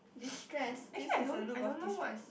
distress this is a look of distress